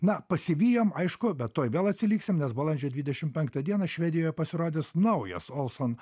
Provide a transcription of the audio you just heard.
na pasivijom aišku bet tuoj vėl atsiliksim nes balandžio dvidešimt penktą dieną švedijoje pasirodys naujas olson